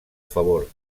favor